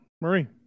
marie